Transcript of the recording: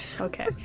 okay